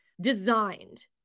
Designed